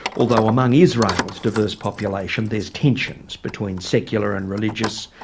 although among israel's diverse population there's tensions between secular and religious,